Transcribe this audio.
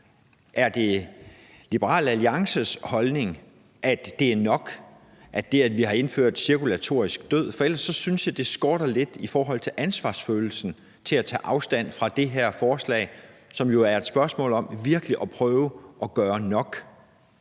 Er det Liberal Alliances holdning, at det, at vi har indført cirkulatorisk død, er nok? For ellers synes jeg, det skorter lidt på ansvarsfølelsen i forhold til at tage afstand fra det her forslag, som jo er et spørgsmål om virkelig at prøve at gøre nok.